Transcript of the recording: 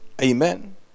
Amen